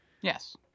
Yes